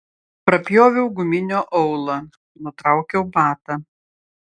prapjoviau guminio aulą nutraukiau batą